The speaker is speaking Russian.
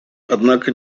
однако